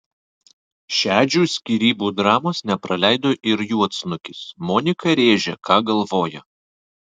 šedžių skyrybų dramos nepraleido ir juodsnukis monika rėžė ką galvoja